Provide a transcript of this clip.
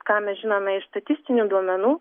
ką mes žinome iš statistinių duomenų